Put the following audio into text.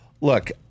Look